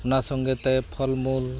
ᱚᱱᱟ ᱥᱚᱸᱜᱮᱛᱮ ᱯᱷᱚᱞ ᱢᱩᱞ